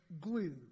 glue